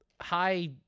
high